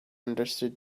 understood